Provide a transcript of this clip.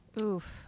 Oof